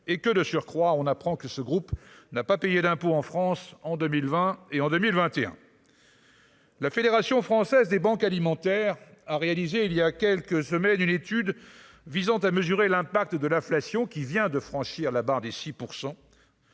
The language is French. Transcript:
et que de surcroît on apprend que ce groupe n'a pas payé d'impôts en France en 2020 et en 2021. La Fédération française des banques alimentaires a réalisé il y a quelques semaines, une étude visant à mesurer l'impact de l'inflation, qui vient de franchir la barre des 6 %.